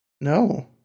No